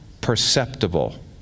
perceptible